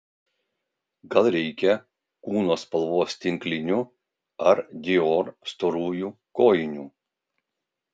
gal reikia kūno spalvos tinklinių ar dior storųjų kojinių